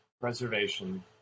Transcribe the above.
preservation